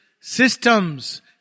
systems